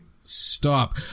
stop